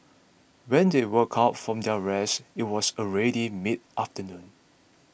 when they woke up from their rest it was already midafternoon